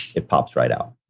it pops right out.